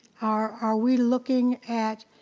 are are we looking at,